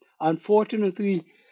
unfortunately